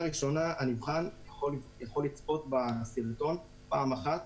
הנבחן יכול לצפות בסרטון רק פעם אחת